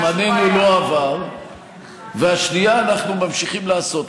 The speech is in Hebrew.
זמננו עבר ואנחנו כאילו לא עושים כלום.